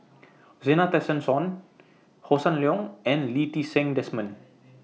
Zena Tessensohn Hossan Leong and Lee Ti Seng Desmond